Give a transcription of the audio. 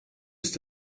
ist